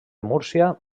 múrcia